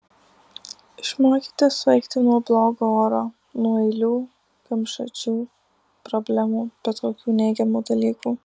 išmokite svaigti nuo blogo oro nuo eilių kamšačių problemų bet kokių neigiamų dalykų